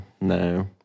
no